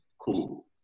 cool